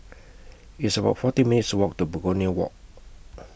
It's about forty minutes' Walk to Begonia Walk